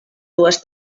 dues